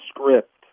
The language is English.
script